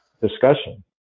discussion